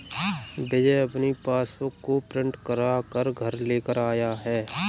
विजय अपनी पासबुक को प्रिंट करा कर घर लेकर आया है